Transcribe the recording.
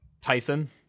Tyson